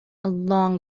long